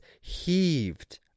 heaved